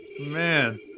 Man